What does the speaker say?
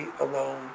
alone